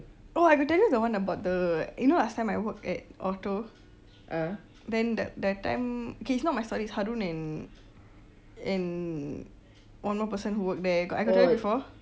oh I got tell you the one about the you know last time I got work at orto then that that time okay is not my story is harun's and and one more person who work there I got tell you before